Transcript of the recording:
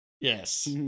Yes